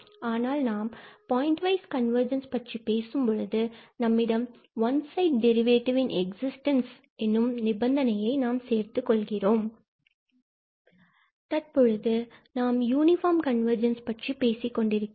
ஆனால் நாம் point wise convergence பற்றி பேசும்பொழுது பின்பு நம்மிடம் ஒன்சைடு டெரிவேட்டிவ் இன் எக்ஸிஸ்டன்ஸ் எனும் நிபந்தனையை நாம் சேர்த்துக் கொள்கிறோம் தற்பொழுது நாம் யூனிபார்ம் கன்வர்ஜென்ஸ் பற்றி பேசிக்கொண்டிருக்கிறோம்